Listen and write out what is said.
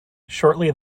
shortly